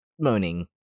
moaning